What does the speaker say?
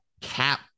cap